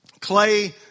clay